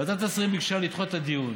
ועדת השרים ביקשה לדחות את הדיון,